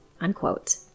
unquote